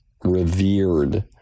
revered